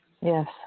Yes